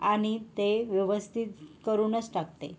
आणि ते व्यवस्थित करूनच टाकते